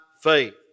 faith